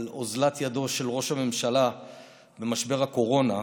אוזלת ידו של ראש הממשלה במשבר הקורונה.